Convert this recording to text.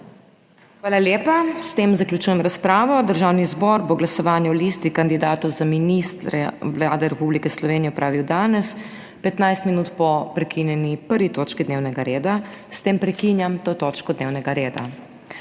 Hvala lepa. S tem zaključujem razpravo. Državni zbor bo glasovanje o listi kandidatov za ministra Vlade Republike Slovenije opravil danes 15 min po prekinjeni 1. točki dnevnega reda. S tem prekinjam to točko dnevnega reda.